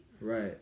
Right